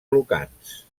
lucans